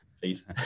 please